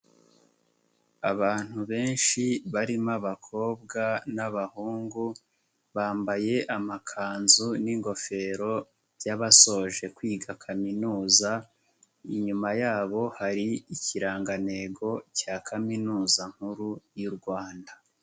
Abantu benshi barimo abakobwa n'abahungu bambaye amakanzu n'ingofero by'abasoje kwiga kaminuza, inyuma yabo hari ikirangantego cya Kaminuza nkuru y'u Rwanda.